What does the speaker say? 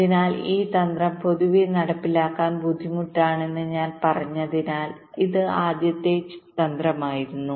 അതിനാൽ ഈ തന്ത്രം പൊതുവെ നടപ്പിലാക്കാൻ ബുദ്ധിമുട്ടാണെന്ന് ഞാൻ പറഞ്ഞതിനാൽ ഇത് ആദ്യത്തെ തന്ത്രമായിരുന്നു